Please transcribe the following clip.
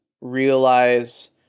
realize